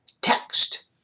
text